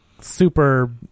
super